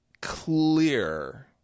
clear